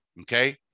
Okay